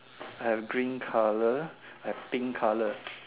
I have green color I have pink color